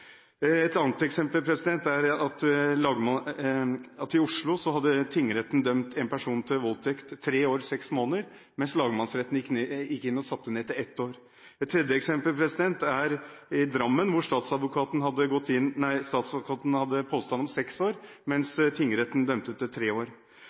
Et annet eksempel er at Oslo tingrett hadde dømt en person for voldtekt til tre år og seks måneder, mens lagmannsretten gikk inn og satte den ned til ett år. Et tredje eksempel er i Drammen, hvor statsadvokaten hadde påstand om seks år,